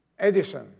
Edison